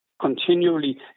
continually